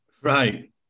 Right